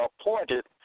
appointed